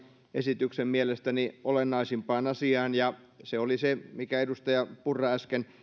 esityksen mielestäni olennaisimpaan asiaan ja se oli se minkä edustaja purra äsken